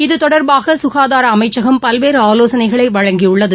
இது தொடர்பாக சுனாதார அமைச்சகம் பல்வேறு ஆலோசனைகளை வழங்கியுள்ளது